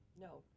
No